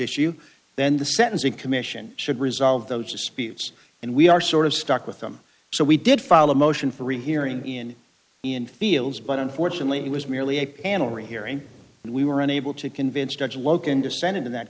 issue then the sentencing commission should resolve those disputes and we are sort of stuck with them so we did file a motion for a hearing in in fields but unfortunately it was merely a panel rehearing and we were unable to convince judge loken dissented in that